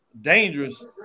dangerous